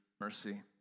mercy